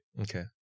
okay